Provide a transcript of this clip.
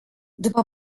după